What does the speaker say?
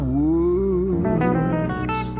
words